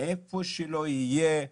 איפה שלא יהיה,